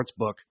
sportsbook